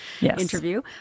interview